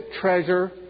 treasure